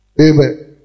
Amen